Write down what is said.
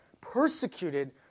persecuted